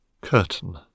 Curtain